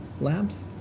labs